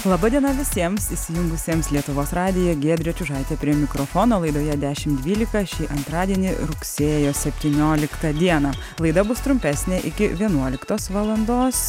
laba diena visiems įsijungusiems lietuvos radiją giedrė čiužaitė prie mikrofono laidoje dešimt dvylika šį antradienį rugsėjo septynioliktą dieną laida bus trumpesnė iki vienuoliktos valandos